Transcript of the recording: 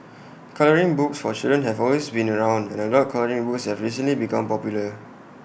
colouring books for children have always been around and adult colouring books have recently become popular